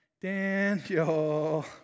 Daniel